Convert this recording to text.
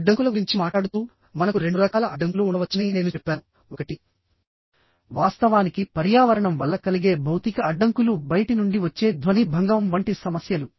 అడ్డంకుల గురించి మాట్లాడుతూ మనకు రెండు రకాల అడ్డంకులు ఉండవచ్చని నేను చెప్పానుఒకటి వాస్తవానికి పర్యావరణం వల్ల కలిగే భౌతిక అడ్డంకులు బయటి నుండి వచ్చే ధ్వని భంగం వంటి సమస్యలు